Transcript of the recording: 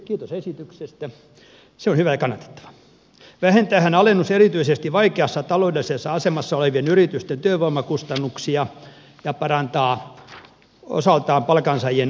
kiitos esityksestä se on hyvä ja kannatettava vähentäähän alennus erityisesti vaikeassa taloudellisessa asemassa olevien yritysten työvoimakustannuksia ja parantaa osaltaan palkansaajien ostovoimaa